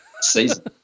season